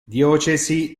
diocesi